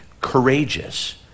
courageous